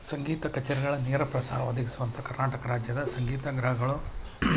ಸಂಗೀತ ಕಚೇರಿಗಳ ನೇರಪ್ರಸಾರ ಒದಗಿಸುವಂಥ ಕರ್ನಾಟಕ ರಾಜ್ಯದ ಸಂಗೀತಗೃಹಗಳು